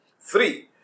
Three